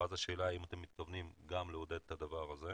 ואז השאלה האם אתם מתכוונים גם לעודד את הדבר הזה.